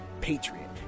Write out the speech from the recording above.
patriot